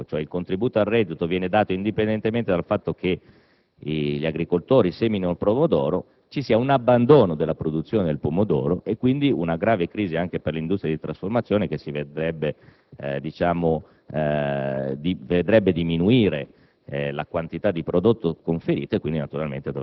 rischio è cioè che se il premio unico, cioè il contributo al reddito, viene dato indipendentemente dal fatto che gli agricoltori seminino pomodoro, ci sia un abbandono della produzione del pomodoro e quindi una grave crisi anche per l'industria di trasformazione che vedrebbe diminuire